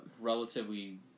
Relatively